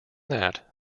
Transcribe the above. that